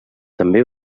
també